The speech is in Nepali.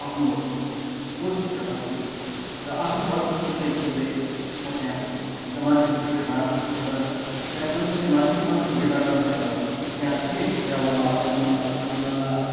आफ्नो कोचभित्र पसेँ र आफ्नो बर्थ खोज्दै खोज्दै म त्यहाँ पुगेँ र मान्छेको भिडभाड र त्यहाँ सँगसँगै मान्छेको मात्र भिडभाड नभएर त्यहाँ धेरै चियावाला बदमवाला पानीवाला